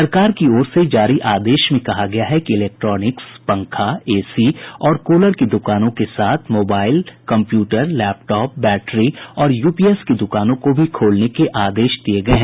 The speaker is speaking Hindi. सरकार की ओर से जारी आदेश में कहा गया है कि इलेक्ट्रोनिक्स पंखा एसी और कूलर की दुकानों के साथ मोबाईल कम्प्यूटर लैपटॉप बैटरी और यूपीएस की दुकानों को भी खोलने का आदेश दिया गया है